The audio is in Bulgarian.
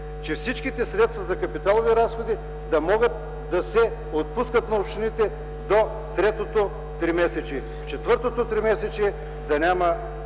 – всичките средства за капиталови разходи да могат да се отпускат на общините до третото тримесечие. Четвъртото тримесечие да няма